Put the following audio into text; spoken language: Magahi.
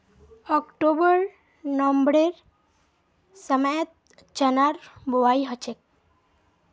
ऑक्टोबर नवंबरेर समयत चनार बुवाई हछेक